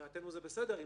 מבחינתנו זה בסדר.